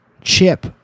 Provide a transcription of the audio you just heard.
chip